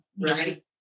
right